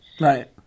Right